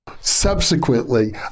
Subsequently